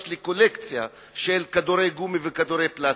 יש לי קולקציה של כדורי גומי וכדורי פלסטיק.